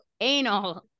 anal